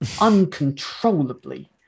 uncontrollably